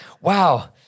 Wow